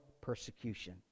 persecution